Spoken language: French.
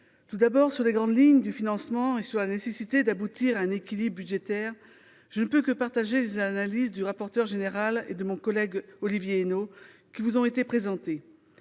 tout d'abord, sur les grandes lignes du financement et sur la nécessité d'aboutir à un équilibre budgétaire, je ne peux que partager les analyses du rapporteur général et de mon collègue Olivier Henno. Les mesures d'urgence